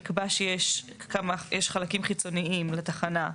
נקבע שיש חלקים חיצוניים לתחנה,